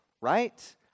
right